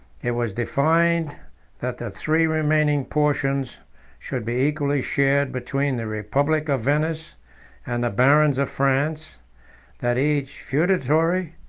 it was defined that the three remaining portions should be equally shared between the republic of venice and the barons of france that each feudatory,